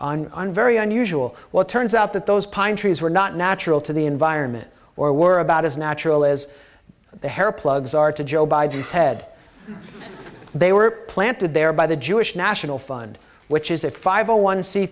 and very unusual what turns out that those pine trees were not natural to the environment or were about as natural as the hair plugs are to joe biden's head they were planted there by the jewish national fund which is it five a one c